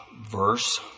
verse